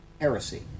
heresy